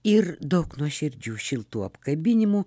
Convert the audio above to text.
ir daug nuoširdžių šiltų apkabinimų